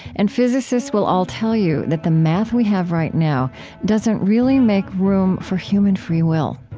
and physicists will all tell you that the math we have right now doesn't really make room for human free will.